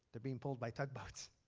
they are being pulled by tugboats.